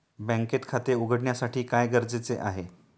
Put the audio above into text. बँकेत खाते उघडण्यासाठी काय गरजेचे आहे?